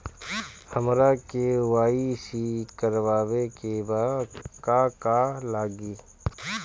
हमरा के.वाइ.सी करबाबे के बा का का लागि?